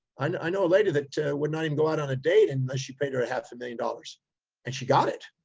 and i know a lady that would not even go out on a date and unless you paid her a half a million dollars and she got it.